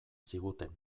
ziguten